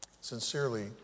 Sincerely